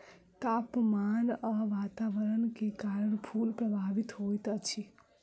तापमान आ वातावरण के कारण फूल प्रभावित होइत अछि